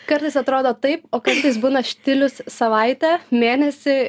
kartais atrodo taip o kartais būna štilius savaitę mėnesį